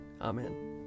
Amen